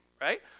right